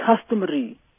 customary